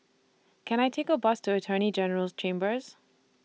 Can I Take A Bus to Attorney General's Chambers